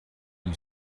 you